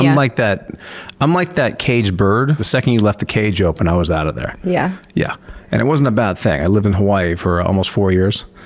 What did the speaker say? like i'm like that caged bird. the second you left the cage open i was out of there. yeah. yeah and it wasn't a bad thing, i lived in hawaii for almost four years.